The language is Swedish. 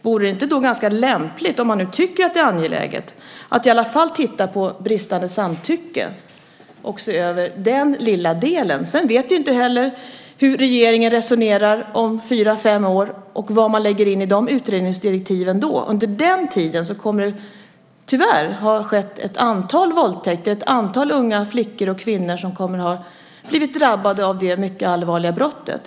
Vore det inte då ganska lämpligt, om man nu tycker att det är angeläget, att i alla fall titta på bristande samtycke och se över den lilla delen? Vi vet inte heller hur regeringen resonerar om fyra fem år och vad man lägger in i de utredningsdirektiven då. Under den tiden kommer det tyvärr att ha skett ett antal våldtäkter. Ett antal unga flickor och kvinnor kommer att ha blivit drabbade av det mycket allvarliga brottet.